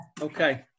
Okay